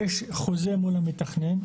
יש חוזה מול המתכנן.